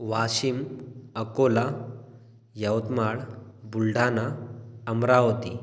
Washim Akola Yavatmal Buldhana Amravati